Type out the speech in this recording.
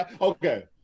Okay